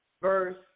verse